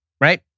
right